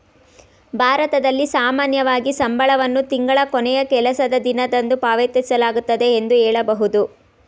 ಭಾರತದಲ್ಲಿ ಸಾಮಾನ್ಯವಾಗಿ ಸಂಬಳವನ್ನು ತಿಂಗಳ ಕೊನೆಯ ಕೆಲಸದ ದಿನದಂದು ಪಾವತಿಸಲಾಗುತ್ತೆ ಎಂದು ಹೇಳಬಹುದು